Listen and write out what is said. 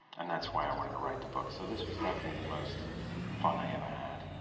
and that's why i wanted to write the book. so this was definitely the most fun i ever had.